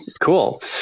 Cool